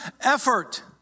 effort